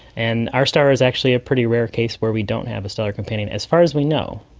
and our star is actually a pretty rare case where we don't have a stellar companion, as far as we know.